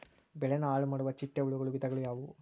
ಬೆಳೆನ ಹಾಳುಮಾಡುವ ಚಿಟ್ಟೆ ಹುಳುಗಳ ವಿಧಗಳು ಯಾವವು?